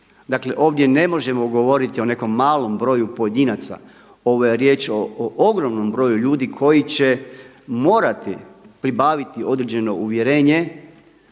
Dakle, ovdje ne možemo govoriti o nekom malom broju pojedinaca, ovo je riječ o ogromnom broju ljudi koji će morati pribaviti određeno uvjerenje